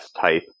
type